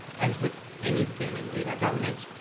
as with anything in data governance,